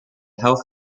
health